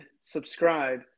subscribe